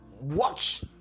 watch